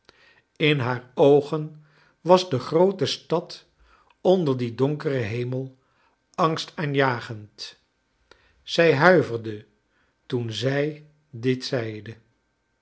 in haar oogen was de groot e stad onder dien donkeren hemel angstaanjagend zij huiverde toen zij dit zeide